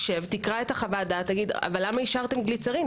תקרא את חוות הדעת ואז תגיד: אבל למה אישרתם גליצרין?